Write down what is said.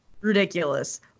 ridiculous